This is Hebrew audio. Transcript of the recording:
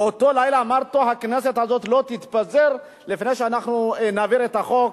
באותו לילה אמרת: הכנסת הזאת לא תתפזר לפני שאנחנו נעביר את החוק.